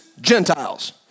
Gentiles